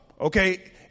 Okay